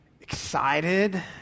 excited